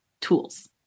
tools